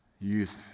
youth